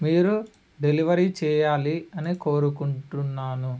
మీరు డెలివరీ చేయాలి అని కోరుకుంటున్నాను